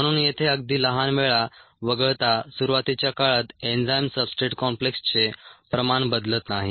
म्हणून येथे अगदी लहान वेळा वगळता सुरुवातीच्या काळात एन्झाईम सब्सट्रेट कॉम्प्लेक्सचे प्रमाण बदलत नाही